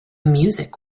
music